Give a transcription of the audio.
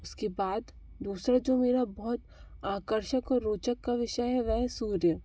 उसके बाद दूसरा जो मेरा बहुत आकर्षक और रोचक का विषय है वह है सूर्य देव